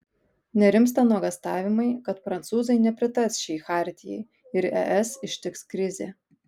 nerimsta nuogąstavimai kad prancūzai nepritars šiai chartijai ir es ištiks krizė